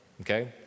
okay